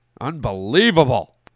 Unbelievable